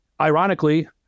Ironically